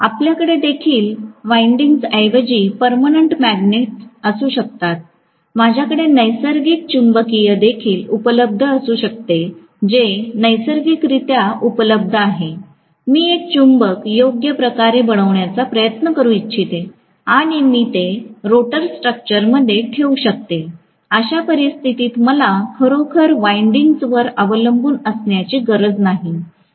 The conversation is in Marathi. आपल्याकडे देखील वाईंडिंग्स ऐवजी पर्मनन्ट मॅग्नेट असू शकतात माझ्याकडे नैसर्गिक चुंबकीय देखील उपलब्ध असू शकते जे नैसर्गिकरित्या उपलब्ध आहे मी एक चुंबक योग्य प्रकारे बनवण्याचा प्रयत्न करू शकते आणि मी ते रोटर स्ट्रक्चरमध्ये ठेवू शकते अशा परिस्थितीत मला खरोखर वाईंडिंग्स वर अवलंबून असण्याची गरज नाही